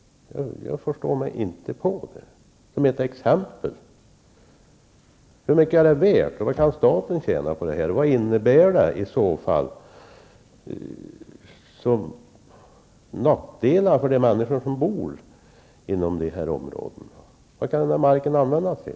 Jag förstår mig inte på det. Hur mycket är det värt? Vad kan staten tjäna på detta? Vad innebär det för nackdelar för de människor som bor inom dessa områden? Vad kan den här marken användas till?